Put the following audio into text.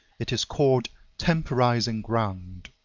it is called temporizing ground.